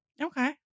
Okay